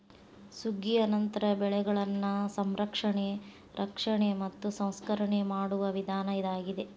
ಸುಗ್ಗಿಯ ನಂತರ ಬೆಳೆಗಳನ್ನಾ ಸಂರಕ್ಷಣೆ, ರಕ್ಷಣೆ ಮತ್ತ ಸಂಸ್ಕರಣೆ ಮಾಡುವ ವಿಧಾನ ಇದಾಗಿದೆ